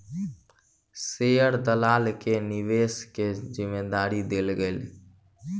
share दलाल के निवेश के जिम्मेदारी देल गेलै